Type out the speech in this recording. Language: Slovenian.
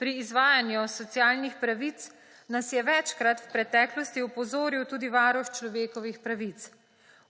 pri izvajanju socialnih pravic nas je večkrat v preteklosti opozoril tudi Varuh človekovih pravic.